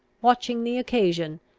watching the occasion,